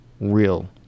real